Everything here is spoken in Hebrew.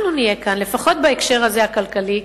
אנחנו נהיה כאן לפחות בהקשר הזה הכלכלי,